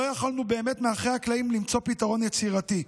לא יכולנו באמת מאחורי הקלעים למצוא פתרון יצירתי.